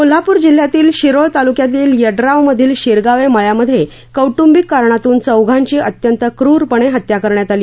कोल्हापूर जिल्ह्यातील शिरोळ तालुक्यातील यड्राव मधील शिरगावे मळ्यामध्ये कौटूंबिक कारणातून चौघांची अत्यंत क्रूरपणे हत्या करण्यात आली